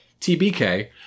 TBK